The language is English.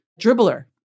dribbler